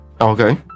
Okay